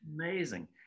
Amazing